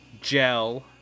gel